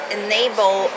enable